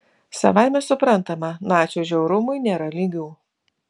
savaime suprantama nacių žiaurumui nėra lygių